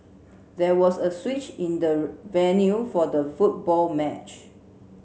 there was a switch in the venue for the football match